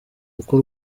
uko